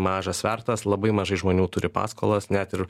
mažas svertas labai mažai žmonių turi paskolas net ir